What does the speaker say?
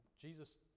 Jesus